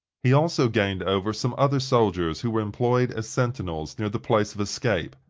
he also gained over some other soldiers who were employed as sentinels near the place of escape.